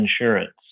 insurance